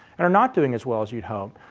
and are not doing as well as you would hope,